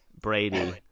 Brady